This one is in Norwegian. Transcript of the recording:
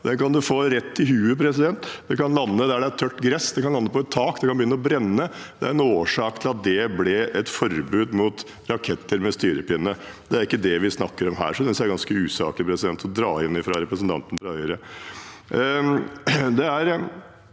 Den kan man få rett i hodet, den kan lande der det er tørt gress, den kan lande på et tak, og det kan begynne å brenne. Det er en årsak til at det ble et forbud mot raketter med styrepinne. Det er ikke det vi snakker om her, så jeg synes det er ganske usaklig å dra inn det fra representanten